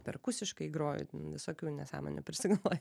perkusiškai groju visokių nesąmonių prisigalvoja